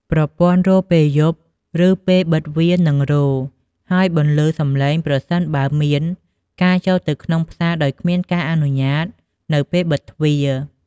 ប្រព័ន្ធរោទ៍ពេលយប់ ឬពេលបិទវានឹងរោទ៍ ហើយបន្លឺសម្លេងប្រសិនបើមានការចូលទៅក្នុងផ្សារដោយគ្មានការអនុញ្ញាតនៅពេលបិទទ្វារ។